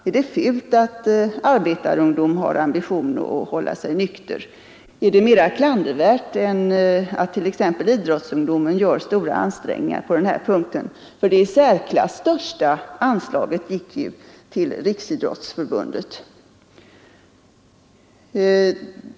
Är det fult att arbetarungdom har ambition att hålla sig nykter? Är det mera klandervärt än att t.ex. idrottsungdomen gör stora ansträngningar på denna punkt? Det i särklass största anslaget gick ju till Riksidrottsförbundet.